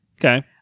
Okay